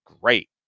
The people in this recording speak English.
Great